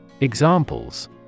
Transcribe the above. Examples